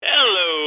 Hello